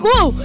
Woo